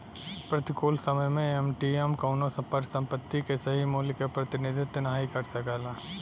प्रतिकूल समय में एम.टी.एम कउनो परिसंपत्ति के सही मूल्य क प्रतिनिधित्व नाहीं कर सकला